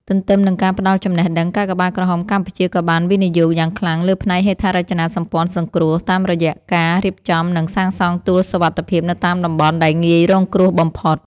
ទន្ទឹមនឹងការផ្តល់ចំណេះដឹង កាកបាទក្រហមកម្ពុជាក៏បានវិនិយោគយ៉ាងខ្លាំងលើផ្នែកហេដ្ឋារចនាសម្ព័ន្ធសង្គ្រោះ តាមរយៈការរៀបចំ និងសាងសង់ទួលសុវត្ថិភាពនៅតាមតំបន់ដែលងាយរងគ្រោះបំផុត។